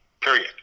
period